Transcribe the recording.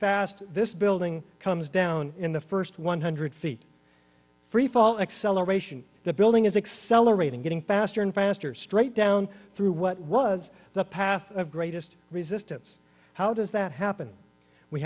fast this building comes down in the first one hundred feet freefall acceleration the building is accelerating getting faster and faster straight down through what was the path of greatest resistance how does that happen we